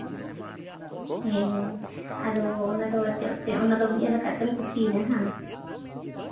ᱦᱮᱸ ᱦᱮᱸ ᱟᱫᱚ ᱚᱱᱟᱫᱚ ᱚᱱᱟᱫᱚᱢ ᱧᱮᱞ ᱠᱟᱜ ᱛᱮᱢ ᱠᱩᱥᱤᱭᱮᱱᱟ ᱵᱟᱝ